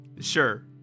Sure